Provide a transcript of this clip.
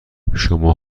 شما